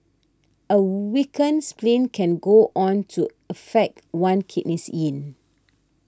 a weakened spleen can go on to affect one's kidneys yin